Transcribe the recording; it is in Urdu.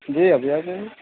جی ابھی آ جائیے